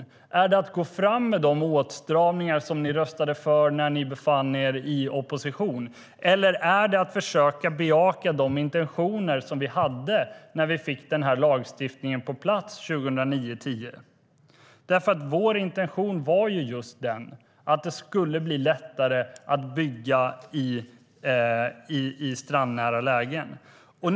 Är det att gå fram med de åtstramningar ni röstade för när ni befann er i opposition, eller är det att försöka bejaka de intentioner som fanns när lagstiftningen kom på plats 2009-2010? Vår intention var att det skulle bli lättare att bygga i strandnära lägen.